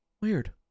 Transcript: Weird